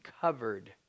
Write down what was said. covered